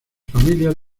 familias